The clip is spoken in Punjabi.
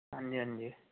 ਹਾਂਜੀ ਹਾਂਜੀ